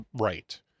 right